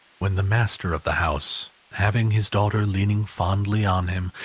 when the master of the house, having his daughter leaning fondly on him,